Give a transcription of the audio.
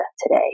today